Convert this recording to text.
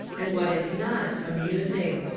and what is not, amusing.